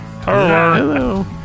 Hello